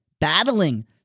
battling